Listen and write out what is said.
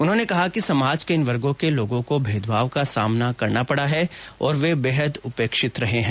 उन्हों ने कहा कि समाज के इन वर्गाँ के लोगों को भेदभाव का सामना करना पड़ा है और वे बेहद उपेक्षित रहे हैं